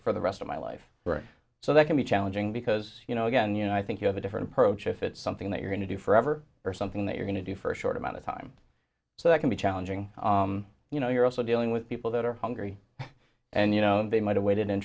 for the rest of my life so that can be challenging because you know again you know i think you have a different approach if it's something that you're going to do forever or something that you're going to do for a short amount of time so it can be challenging you know you're also dealing with people that are hungry and you know they might have waited in